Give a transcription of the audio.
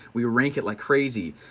we rank it like crazy,